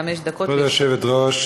חמש דקות, כבוד היושבת-ראש,